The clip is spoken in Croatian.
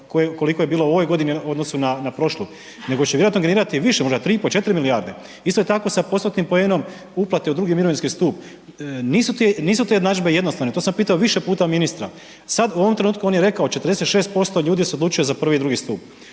koliko je bilo u ovoj godini u odnosu na prošlu nego će vjerojatno generirati više, možda 3,5, 4 milijarde. Isto tako, sa postotnim poenom uplate u II. mirovinski stup, nisu te jednadžbe jednostavne, top sam pitao više puta ministra, sad u ovom trenutku on je rekao, 46% ljudi se odlučuje za I. i II. stup.